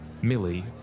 Millie